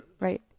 right